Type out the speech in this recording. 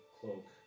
cloak